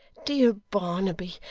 dear barnaby,